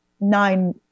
nine